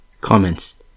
Comments